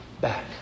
back